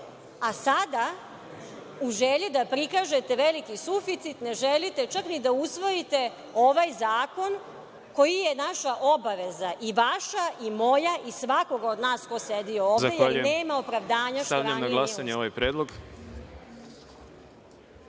a sada u želji da prikažete veliki suficit ne želite čak ni da usvojite ovaj zakon koji je naša obaveza, i vaša i moja i svakoga od nas ko sedi ovde i nema opravdanja što ranije nije usvojeno.